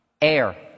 Air